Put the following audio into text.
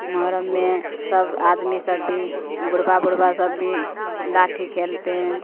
محرم میں سب آدمی سب بھی بڑھبا بڑھبا سب بھی لاٹھی کھیلتے ہیں